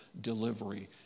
delivery